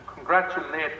congratulate